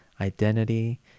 identity